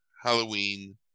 Halloween